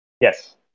Yes